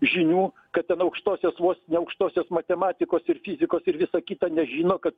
žinių kad ten aukštosios vos ne aukštosios matematikos ir fizikos ir viso kito nežino kad